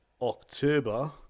October